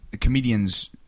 comedians